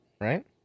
right